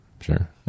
sure